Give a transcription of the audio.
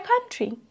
country